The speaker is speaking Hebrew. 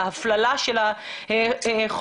ההפללה של החולים,